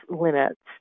limits